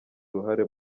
uruhare